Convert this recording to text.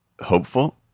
hopeful